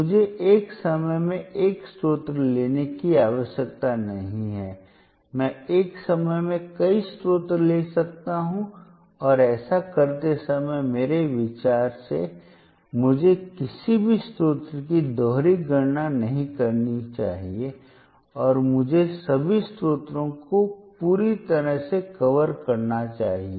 मुझे एक समय में एक स्रोत लेने की आवश्यकता नहीं है मैं एक समय में कई स्रोत ले सकता हूं और ऐसा करते समय मेरे विचार से मुझे किसी भी स्रोत की दोहरी गणना नहीं करनी चाहिए और मुझे सभी स्रोतों को पूरी तरह से कवर करना चाहिए